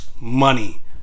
Money